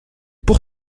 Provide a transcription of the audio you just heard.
pour